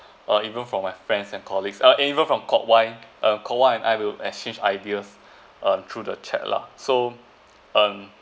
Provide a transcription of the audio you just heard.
or even from my friends and colleagues ah even from Kok Wai ah Kok Wai and I will exchange ideas uh through the chat lah so um